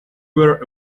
were